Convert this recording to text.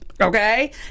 Okay